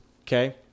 Okay